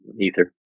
Ether